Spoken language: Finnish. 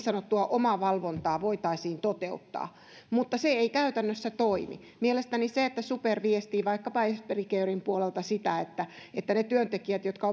sanottua omavalvontaa voitaisiin toteuttaa mutta se ei käytännössä toimi mielestäni kun super viestii vaikkapa esperi caren puolelta sitä että että ne työntekijät jotka